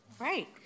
right